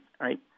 right